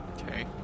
Okay